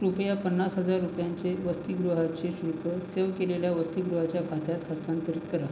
कृपया पन्नास हजार रुपयांचे वसतिगृहाचे शुल्क सेव्ह केलेल्या वसतिगृहाच्या खात्यात हस्तांतरित करा